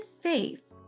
Faith